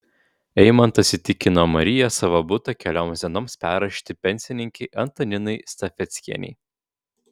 eimantas įtikino mariją savo butą kelioms dienoms perrašyti pensininkei antaninai stafeckienei